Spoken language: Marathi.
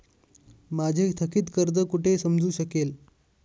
माझे थकीत कर्ज कुठे समजू शकेल?